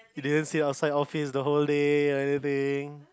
you didn't sit outside office the whole day or anything